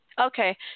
Okay